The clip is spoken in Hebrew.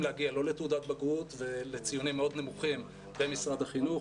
להגיע לא לתעודת בגרות ולציונים מאוד נמוכים במשרד החינוך,